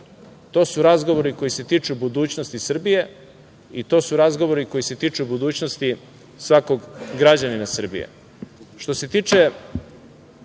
To su razgovori koji se tiču budućnosti Srbije i to su razgovori koji se tiču budućnosti svakog građanina Srbije. Što